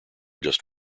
just